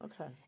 Okay